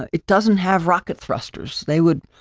it doesn't have rocket thrusters, they would,